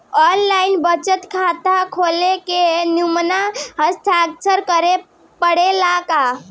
आन line बचत खाता खोले में नमूना हस्ताक्षर करेके पड़ेला का?